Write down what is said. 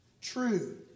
True